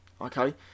okay